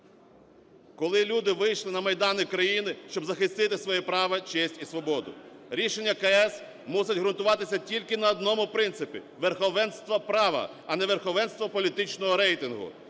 …коли люди вийшли на майдани країни, щоби захистити своє право, честь і свободу. Рішення КС мусить ґрунтуватися тільки на одному принципі: верховенство права, а не верховенство політичного рейтингу.